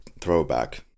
throwback